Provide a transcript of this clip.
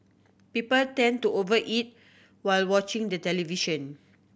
people tend to over eat while watching the television